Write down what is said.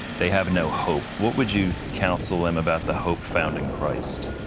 they have no hope. what would you counsel them about the hope found in christ?